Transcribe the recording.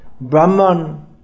Brahman